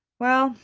well,